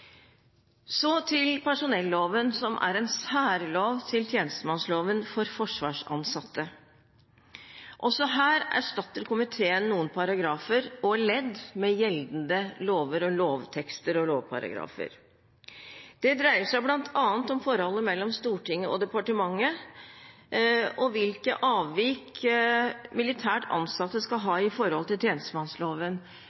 Så til personelloven, som er en særlov til tjenestemannsloven for forsvarsansatte. Også her erstatter komiteen noen paragrafer og ledd med gjeldende lover, lovtekster og lovparagrafer. Det dreier seg bl.a. om forholdet mellom Stortinget og departementet, og hvilke avvik militært ansatte skal